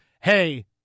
hey